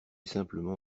simplement